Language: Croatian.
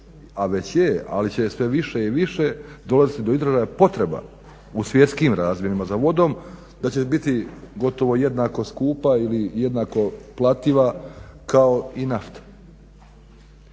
a već je, ali će je sve više i više dolaziti do izražaja potreba u svjetskim razmjerima za vodom, da će biti gotovo jednako skupa ili jednako plativa kao i nafta.